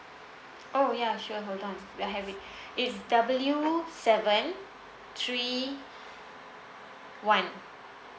oh ya sure hold on we have it it's W seven three one